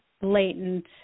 blatant